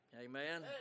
Amen